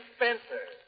Spencer